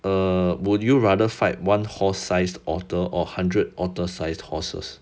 err would you rather fight one horse sized otter or hundred otter sized horses